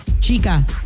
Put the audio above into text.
Chica